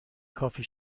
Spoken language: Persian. کافی